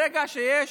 ברגע שיש